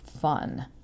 fun